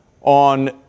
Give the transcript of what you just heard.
on